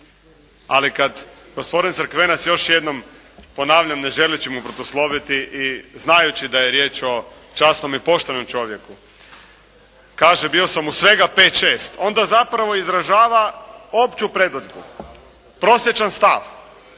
Ali kad gospodin Crkvenac, još jednom ponavljam ne želeći mu protusloviti i znajući da je riječ o časnom i poštenom čovjeku, kaže bio sam u svega pet, šest onda zapravo izražava opću predodžbu, prosječan stav